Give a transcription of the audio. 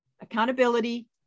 accountability